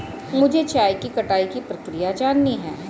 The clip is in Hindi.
मुझे चाय की कटाई की प्रक्रिया जाननी है